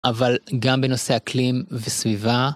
אבל גם בנושא אקלים וסביבה.